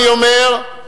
אני אומר,